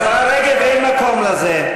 השרה רגב, אין מקום לזה.